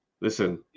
Listen